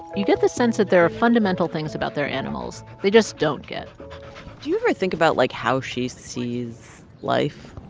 you get the sense that there are fundamental things about their animals they just don't get do you ever think about, like, how she sees life?